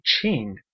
Ching